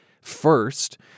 first